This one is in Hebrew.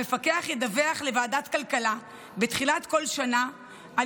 המפקח ידווח לוועדת הכלכלה בתחילת כל שנה על